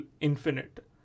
infinite